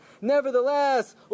Nevertheless